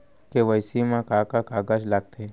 KYC मा का का कागज लगथे?